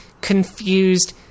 confused